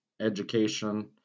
education